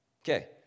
Okay